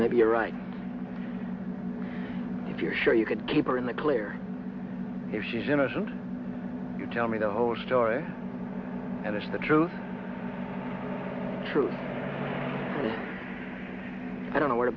maybe you're right if you're sure you could keep her in the clear if she's innocent you tell me the whole story and it's the truth truth i don't know where to